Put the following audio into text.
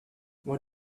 what